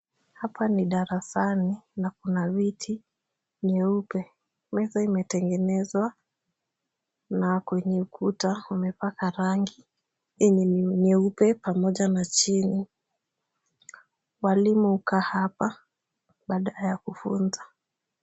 Hapa ni darasani na kuna viti nyeupe, meza imetengenezwa, na kwenye kuta umepaka rangi yenye ni nyeupe pamoja na chini. Walimu hukaa hapa, baada ya kufunza.